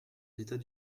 l’état